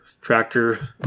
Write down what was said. Tractor